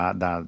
da